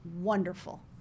wonderful